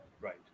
right